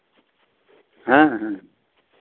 ᱦᱮᱸ ᱦᱮᱸ